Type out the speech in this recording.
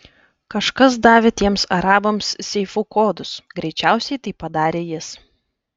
kažkas davė tiems arabams seifų kodus greičiausiai tai padarė jis